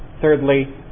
Thirdly